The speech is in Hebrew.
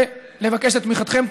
ואני מבקש את תמיכתכם.